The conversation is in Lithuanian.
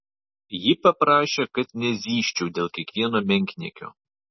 ji paprašė kad nezyzčiau dėl kiekvieno menkniekio